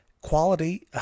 quality